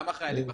כמה חיילים בחדר?